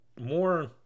more